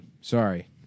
sorry